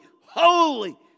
holy